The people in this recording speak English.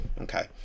Okay